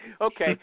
Okay